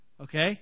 Okay